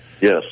Yes